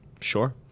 Sure